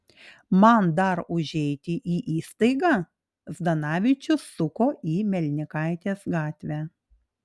man dar užeiti į įstaigą zdanavičius suko į melnikaitės gatvę